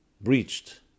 breached